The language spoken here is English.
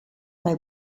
they